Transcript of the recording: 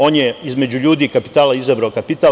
On je između ljudi i kapitala izabrao kapital.